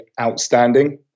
outstanding